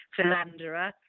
philanderer